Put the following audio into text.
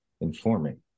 informing